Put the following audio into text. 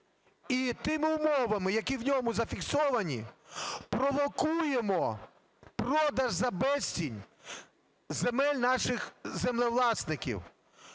і тими умовами, які в ньому зафіксовані, провокуємо продаж за безцінь земель наших землевласників,